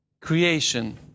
Creation